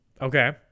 Okay